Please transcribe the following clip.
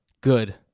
good